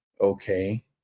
okay